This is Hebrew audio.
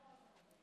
לכם.